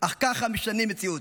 אך ככה משנים מציאות,